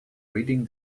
reading